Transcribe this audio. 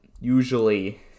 usually